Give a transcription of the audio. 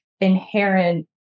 inherent